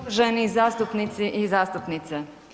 Uvaženi zastupnici i zastupnice.